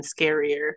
scarier